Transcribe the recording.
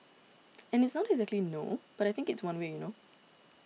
and it's not exactly no but I think it's one way you know